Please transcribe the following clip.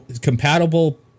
compatible